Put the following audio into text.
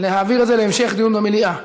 להעביר את זה להמשך דיון במליאה.